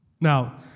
Now